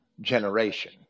generation